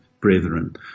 brethren